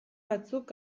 batzuk